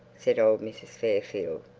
said old mrs. fairfield.